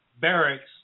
Barracks